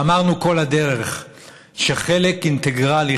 אמרנו כל הדרך שחלק אינטגרלי,